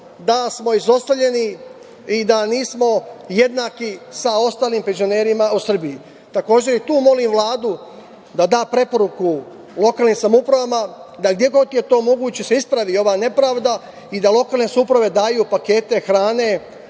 da smo izostavljeni i da nismo jednaki sa ostalim penzionerima u Srbiji. Takođe, i u tu molim Vladu da da preporuku lokalnim samoupravama da gde god je to moguće da se ispravi ova nepravda i da lokalne samouprave daju pakete hrane